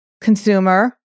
consumer